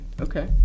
Okay